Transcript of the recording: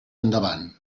endavant